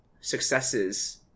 successes